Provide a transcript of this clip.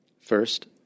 First